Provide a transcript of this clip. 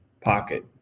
pocket